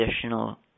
additional